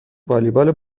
والیبال